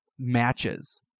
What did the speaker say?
matches